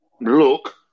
look